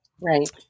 Right